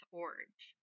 orange